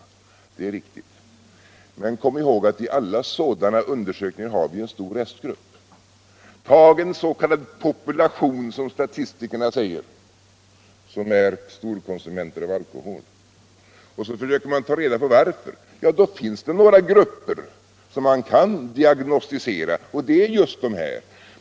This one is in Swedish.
Det är riktigt. Men kom ihåg att i alla sådana undersökningar har vi en stor restgrupp. Tag en population, som statistikerna säger, som är storkonsumenter av alkohol och försök ta reda på varför de är det. Då finns det några grupper som man kan diagnostisera och det är just de här.